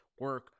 Work